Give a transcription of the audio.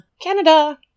Canada